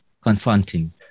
confronting